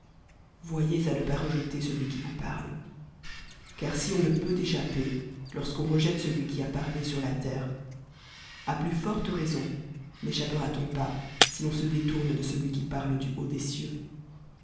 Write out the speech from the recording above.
voyez à ne pasrejeter celui qui vous parle car si on ne peut échapper lorsqu'on rejette celui qui a parlésur la terre à plus forte raison n'échap pera t en pas si on se détourne de celui qui parle du haut des cieuxc